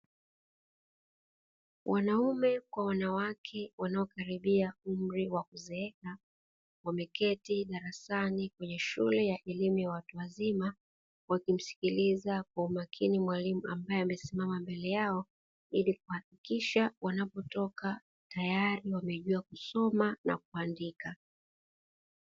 Wanaume kwa wanawake wanaokaribia umri wa kuzeeka wameketi darasani kwenye shule ya elimu ya watu wazima. Wakimsikiliza mwalimu ambaye amesimama mbele yao ili kuhakikisha wanapotoka tayari wamejua kusoma na kuandika.